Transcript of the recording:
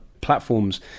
platforms